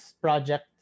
project